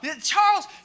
Charles